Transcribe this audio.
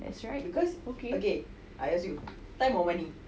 that's right okay